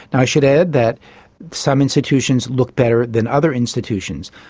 and i should add that some institutions look better than other institutions,